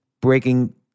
breaking